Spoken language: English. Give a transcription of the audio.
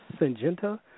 Syngenta